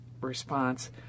response